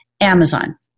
Amazon